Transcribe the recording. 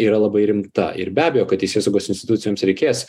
yra labai rimta ir be abejo kad teisėsaugos institucijoms reikės